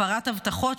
הפרת הבטחות,